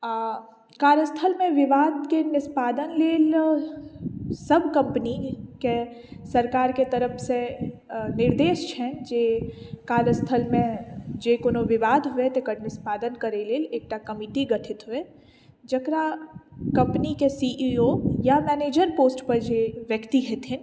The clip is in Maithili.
आ कार्यस्थलमे विवादके निष्पादन लेल सभकम्पनीके सरकारके तरफसँ निर्देश छैन्ह जे कार्यस्थलमे जे कोनो विवाद हुए तकर निष्पादन करै लेल एकटा कमिटी गठित होइ जकरा कम्पनीके सी ई ओ या मैनेजर पोस्टपर जे व्यक्ति हेथिन